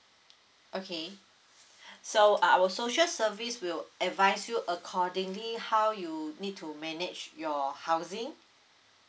okay so our social service will advise you accordingly how you need to manage your housing